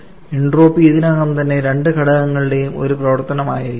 entropy ഇതിനകം തന്നെ രണ്ട് ഘടകങ്ങളുടെയും ഒരു പ്രവർത്തനമായിരുന്നു